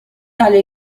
tale